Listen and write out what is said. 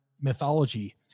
mythology